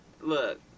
Look